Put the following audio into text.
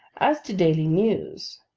as to daily news,